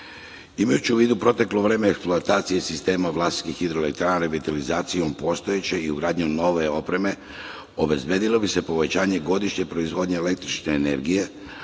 Božica. Imajući u vidu proteklo vreme eksploatacije sistema Vlasinskih hidroelektrana revitalizacijom postojeće i ugradnjom nove opreme, obezbedilo bi se povećanje godišnje proizvodnje električne energije,